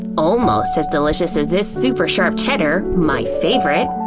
almost as delicious as this super sharp cheddar, my favorite.